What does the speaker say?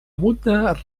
abunda